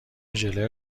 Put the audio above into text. ژله